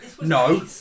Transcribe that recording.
no